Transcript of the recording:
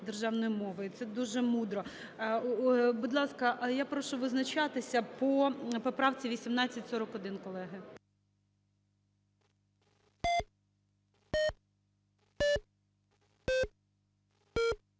державної мови, і це дуже мудро. Будь ласка, я прошу визначатися по поправці 1841, колеги.